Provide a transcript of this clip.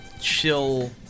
chill